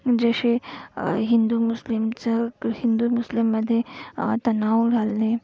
जसे हिंदू मुस्लिमचं हिंदू मुस्लिममध्ये तणाव घालणे